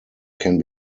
can